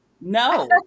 No